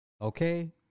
okay